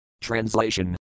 Translation